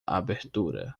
abertura